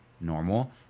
normal